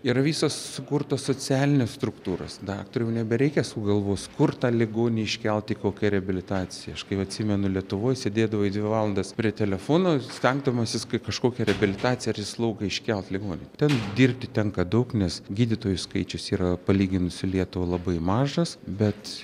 yra visos sukurtos socialinės struktūros daktarui jau nebereikia sukt gavos kur tą ligonį iškelt į kokią reabilitaciją aš kaip atsimenu lietuvoj sėdėdavai dvi valandas prie telefono stengdamasis kad į kažkokią reabilitaciją ar į slaugą iškelt ligonį ten dirbti tenka daug nes gydytojų skaičius yra palyginus su lietuva labai mažas bet